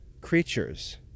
creatures